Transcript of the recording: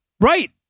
right